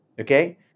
Okay